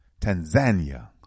Tanzania